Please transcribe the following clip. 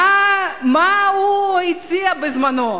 מה הוא הציע בזמנו?